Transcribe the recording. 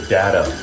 data